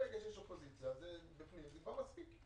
ברגע שיש אופוזיציה, זה בפנים וזה כבר מספיק.